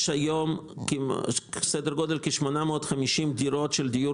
יש היום סדר גודל של 850 דירות של דיור